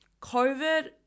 COVID